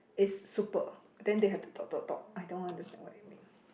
is super then they have the dot dot dot I don't understand what it mean